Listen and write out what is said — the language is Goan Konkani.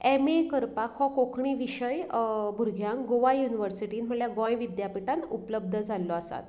एमे करपाक हो कोंकणी विशय भुरग्यांक गोवा युन्हिवर्सिटी म्हणल्या गोंय विद्द्यापीठांत उपलब्द जाल्लो आसा